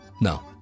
No